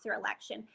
election